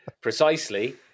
precisely